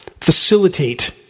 facilitate